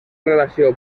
relació